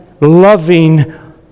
loving